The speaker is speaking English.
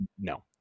no